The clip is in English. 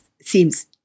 seems